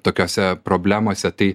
tokiose problemose tai